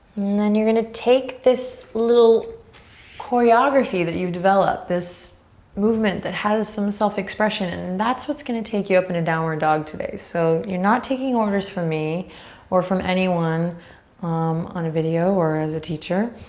then you're gonna take this little choreography that you've developed, this movement that has some self expression, and that's what's gonna take you up into downward dog today. so you're not taking orders from me or from anyone um on a video or as a teacher,